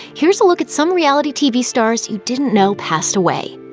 here's a look at some reality tv stars you didn't know passed away.